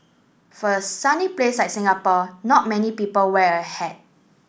for a sunny place like Singapore not many people wear a hat